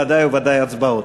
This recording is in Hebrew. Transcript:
ודאי וודאי הצבעות.